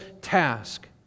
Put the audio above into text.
task